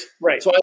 Right